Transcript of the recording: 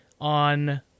on